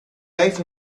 life